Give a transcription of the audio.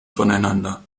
voneinander